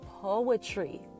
poetry